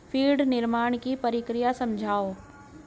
feed निर्माण की प्रक्रिया समझाओ